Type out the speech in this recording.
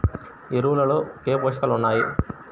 ఎరువులలో ఏ పోషకాలు ఉన్నాయి?